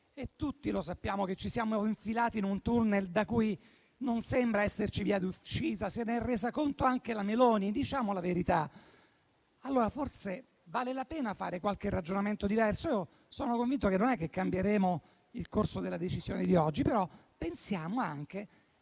tutti sappiamo di esserci infilati in un *tunnel* che non sembra avere via d'uscita. Se n'è resa conto anche la Meloni, diciamo la verità. Allora forse vale la pena fare qualche ragionamento diverso. Sono convinto che non cambieremo il corso della decisione di oggi, però pensiamo anche